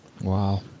Wow